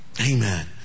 Amen